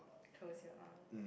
close your err